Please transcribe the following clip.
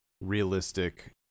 realistic